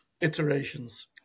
iterations